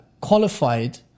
qualified